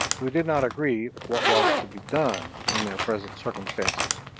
who did not agree what was to be done in their present circumstances,